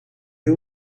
you